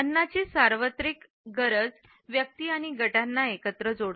अन्नाची सार्वत्रिक गरज व्यक्ती आणि गटांना एकत्र जोडते